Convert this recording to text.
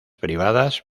privadas